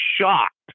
shocked